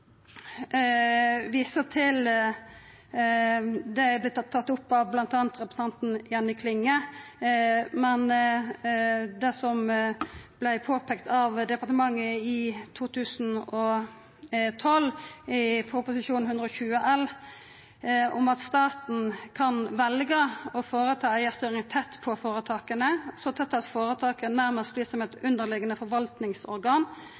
til det som vart tatt opp av bl.a. representanten Jenny Klinge, og som vart peikt på av departementet i Prop. 120 L for 2011–2012: «Staten kan velge å foreta eierstyring tett på foretakene, så tett at foretaket nærmest blir som et underliggende forvaltningsorgan,